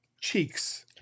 cheeks